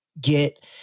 get